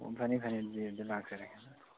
ꯑꯣ ꯐꯅꯤ ꯐꯅꯤ ꯑꯗꯨꯗꯤ ꯑꯗꯨꯗ ꯂꯥꯛꯆꯔꯒꯦ